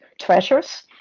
treasures